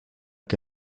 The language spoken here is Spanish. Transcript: que